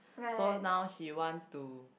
so now she wants to